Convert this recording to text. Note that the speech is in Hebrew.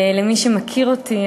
למי שמכיר אותי,